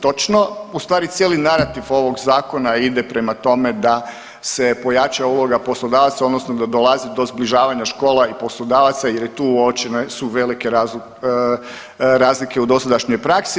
Točno, ustvari cijeli narativ ovog Zakona ide prema tome da se pojača uloga poslodavaca odnosno da dolazi do zbližavanja škola i poslodavaca jer je tu, uočene su velike razlike u dosadašnjoj praksi.